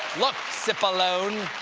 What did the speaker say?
look, sip ah loan,